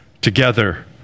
together